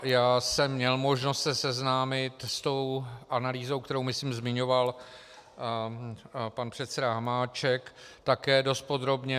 Já jsem měl možnost se seznámit s analýzou, kterou, myslím, zmiňoval pan předseda Hamáček, také dost podrobně.